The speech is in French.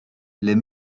les